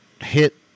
hit